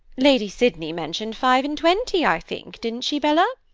lady sydney mentioned five-and-twenty, i think, didn't she, bella?